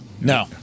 No